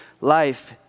life